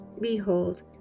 Behold